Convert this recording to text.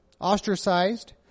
ostracized